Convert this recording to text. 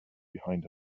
behind